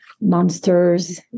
monsters